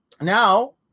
Now